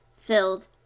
filled